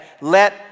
let